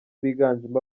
biganjemo